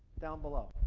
down below.